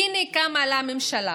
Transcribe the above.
הינה קמה לה ממשלה